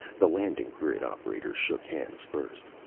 the landing-grid operator shook hands first.